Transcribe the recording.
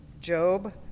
Job